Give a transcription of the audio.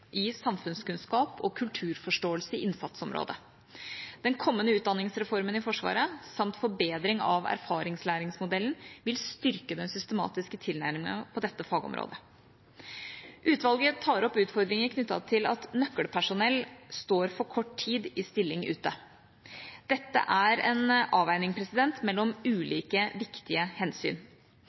i samfunnskunnskap og kulturforståelse i innsatsområdet. Den kommende utdanningsreformen i Forsvaret samt forbedring av erfaringslæringsmodellen vil styrke den systematiske tilnærmingen på dette fagområdet. Utvalget tar opp utfordringer knyttet til at nøkkelpersonell står for kort tid i stilling ute. Dette er en avveining mellom ulike viktige hensyn.